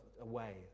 away